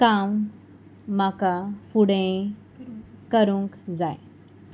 काम म्हाका फुडेंय करूंक जाय